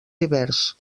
divers